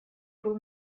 был